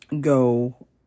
go